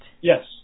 Yes